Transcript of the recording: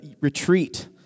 retreat